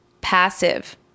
passive